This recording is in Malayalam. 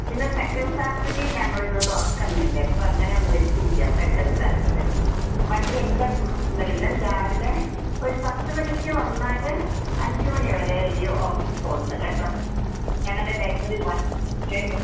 പിന്നെ സെക്കന്റ് സാറ്റര്ഡേയിൽ ഞങ്ങളിത് തുറക്കുന്നില്ല ഇപ്പം അങ്ങനെ ഒന്ന് വച്ചിരിക്കുകയാ സെക്കന്റ് സാറ്റര്ഡേ ബാക്കി എല്ലാ ദിവസങ്ങളിലും രാവിലെ ഒരു പത്ത് മണിക്ക് വന്നാൽ അഞ്ച് മണി വരെ ഈ ഓഫീസ് ഉണ്ട് കേട്ടോ ഞങ്ങളുടെ ലൈബ്രറി